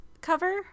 cover